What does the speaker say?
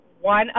one